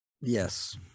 yes